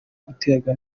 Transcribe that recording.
guterwa